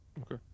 Okay